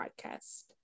podcast